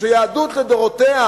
שהיהדות לדורותיה,